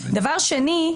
דבר שני,